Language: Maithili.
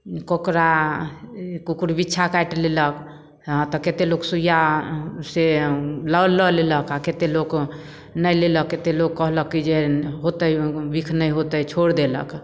ककरो कुकुर बिच्छा काटि लेलक हँ तऽ कतेक लोक सुइआ से लऽ लऽ लेलक आओर कतेक लोक नहि लेलक कतेक लोक कहलक कि जे होतै बिख नहि होतै छोड़ि देलक